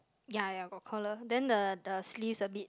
ya ya got collar then the the sleeves a bit